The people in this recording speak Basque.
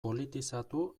politizatu